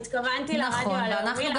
התכוונתי לרדיו הלאומי למערכות -- נכון ואנחנו גם